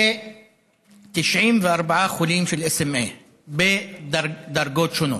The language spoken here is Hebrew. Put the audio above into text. ו-94 חולים של SMA בדרגות שונות.